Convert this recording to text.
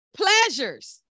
Pleasures